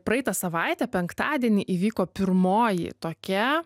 praeitą savaitę penktadienį įvyko pirmoji tokia